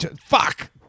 fuck